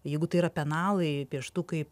jeigu tai yra penalai pieštukai